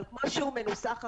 אבל כמו שהוא מנוסח עכשיו,